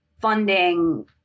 funding